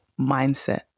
mindset